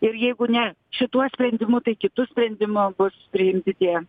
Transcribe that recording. ir jeigu ne šituo sprendimu tai kitu sprendimu bus priimti tie